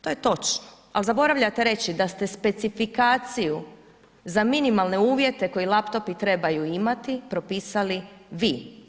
To je točno, ali zaboravljate reći da ste specifikaciju za minimalne uvjete koji laptopi trebaju imati propisali vi.